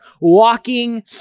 walking